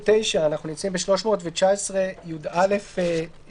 שתיים שאולי נשים את זה במקום אחר מבחינה נוסחית